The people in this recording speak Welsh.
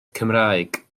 cymraeg